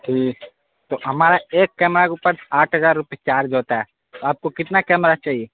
ٹھیک تو ہمارا ایک کیمرہ کے اوپر آٹھ ہزار روپیہ چارج ہوتا ہے آپ کو کتنا کیمرہ چہیے